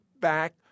back